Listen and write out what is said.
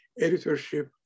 editorship